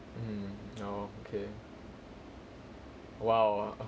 mm oh okay !wow!